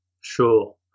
Sure